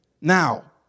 Now